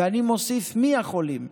ואני מוסיף מי החולים.